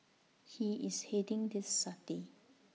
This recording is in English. he is heading this study